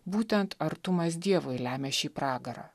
būtent artumas dievui lemia šį pragarą